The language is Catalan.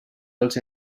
els